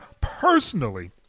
personally